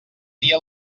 dia